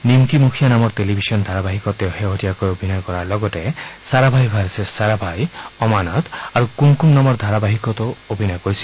নিমকিমুখীয়া নামৰ টেলিভিশ্যন ধাৰাবাহিকত তেওঁ শেহতীয়াকৈ অভিনয় কৰাৰ লগতে চাৰভাই ভাৰ্চেছ চাৰাভাই অমানত আৰু কুমকুম নামৰ ধাৰাবাহিকতো অভিনয কৰিছিল